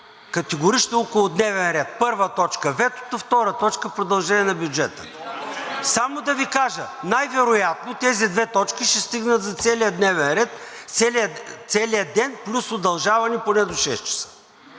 категорично около дневен ред: първа точка – ветото, втора точка – продължение на бюджета. (Шум и реплики.) Само да Ви кажа – най-вероятно тези две точки ще стигнат за целия ден плюс удължаване поне до шест часа.